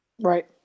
Right